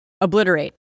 Obliterate